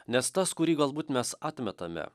nes tas kurį galbūt mes atmetame